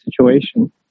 situation